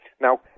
Now